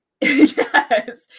Yes